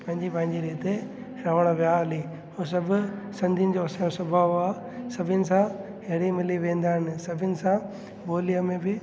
पंहिंजी पंहिंजी रीति रहणु विया हली उहा सभ सिंधीन जो असुलु सुभाउ आहे सभिनी सां हिली मिली वेंदा आहिनि सभिनि सां ॿोलीअ में बि